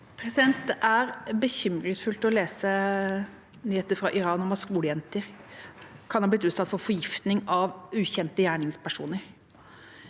Det er bekymringsfullt å lese nyheter fra Iran om at skolejenter kan ha blitt utsatt for forgiftning fra ukjente gjerningspersoner.